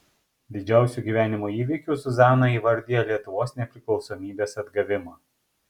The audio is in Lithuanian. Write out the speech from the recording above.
didžiausiu gyvenimo įvykiu zuzana įvardija lietuvos nepriklausomybės atgavimą